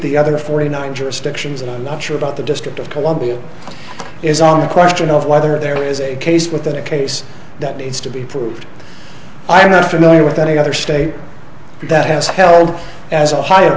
the other forty nine jurisdictions and i'm not sure about the district of columbia is on the question of whether there is a case with a case that needs to be proved i am not familiar with any other state that has held as